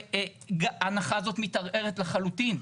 ההנחה הזאת מתערערת לחלוטין.